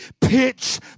pitch